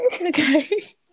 Okay